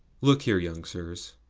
look here, young sirs,